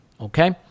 okay